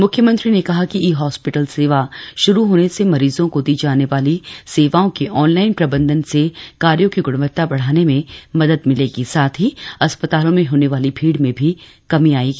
मुख्यमंत्री ने कहा कि ई हास्पिटल सेवा शुरू होने से मरीजो को दी जाने वाली सेवाओं के आन लाईन प्रबन्धन से कार्यो की गुणवत्ता बढ़ाने में मदद मिलेगी साथ ही अस्पतालों में होने वाली भीड़ में भी कमी आयेगी